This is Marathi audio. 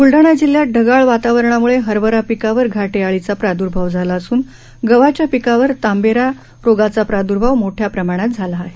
बुलडाणा जिल्ह्यात ढगाळ वातावरणामुळे हरभरा पिकावर घाटे अळीचा प्रादर्भाव झाला असून गव्हाच्या पिकावर तांबेरा रोगाचा प्रादुर्भाव मोठ्या प्रमाणात झाला आहे